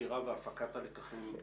החקירה והפקת הלקחים.